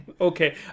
Okay